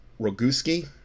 Roguski